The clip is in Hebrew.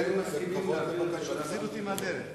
הם מסכימים להעביר את זה לוועדת חוץ וביטחון.